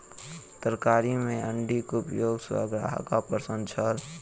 तरकारी में अण्डीक उपयोग सॅ ग्राहक अप्रसन्न छल